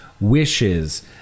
wishes